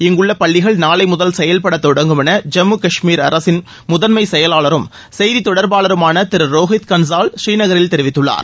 இங்குள்ள பள்ளிகள் நாளை முதல் செயல்படத் தொடங்கும் என ஜம்மு கஷ்மீர் அரசின் முதன்மைச் செயலாளரும் செய்தித் தொடர்பாளருமான திரு ரோஹித் கன்சால் ஸ்ரீநகரில் தெரிவித்துள்ளார்